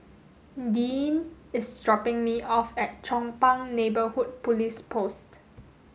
Deeann is dropping me off at Chong Pang Neighbourhood Police Post